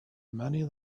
many